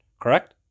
Correct